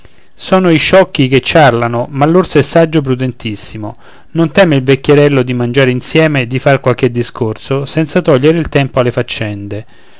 sono i sciocchi che ciarlano ma l'orso è saggio prudentissimo non teme il vecchierello di mangiar insieme di far qualche discorso senza togliere il tempo alle faccende